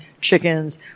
chickens